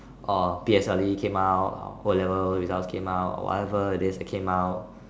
uh P_S_L_E came out o-levels results came out or whatever it is that came out